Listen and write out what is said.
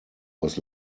was